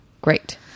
great